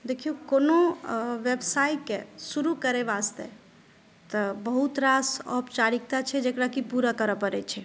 देखियौ कोनो व्यवसायके शुरू करय वास्ते तऽ बहुत रास औपचारिकता छै जकरा कि पूरा करऽ पड़य छै